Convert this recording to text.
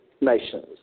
nations